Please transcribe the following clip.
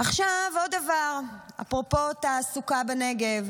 עכשיו עוד דבר, אפרופו תעסוקה בנגב.